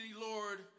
Lord